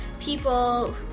people